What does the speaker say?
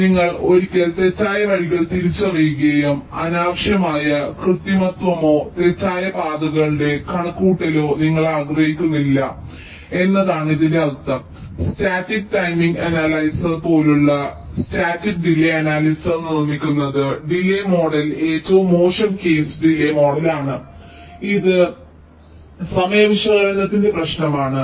അതിനാൽ നിങ്ങൾ ഒരിക്കൽ തെറ്റായ വഴികൾ തിരിച്ചറിയുകയും അനാവശ്യമായ കൃത്രിമത്വമോ തെറ്റായ പാതകളുടെ കണക്കുകൂട്ടലോ നിങ്ങൾ ആഗ്രഹിക്കുന്നില്ല എന്നതാണ് ഇതിന്റെ അർത്ഥം സ്റ്റാറ്റിക് ടൈമിംഗ് അനലൈസർ പോലുള്ള സ്റ്റാറ്റിക് ഡിലേയ് അനാലിസിസ് നിർമ്മിക്കുന്നത് ഡിലേയ് മോഡൽ ഏറ്റവും മോശം കേസ് ഡിലേയ് മോഡലാണ് ഇത് സമയ വിശകലനത്തിന്റെ പ്രശ്നമാണ്